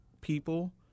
people